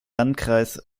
landkreis